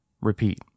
Repeat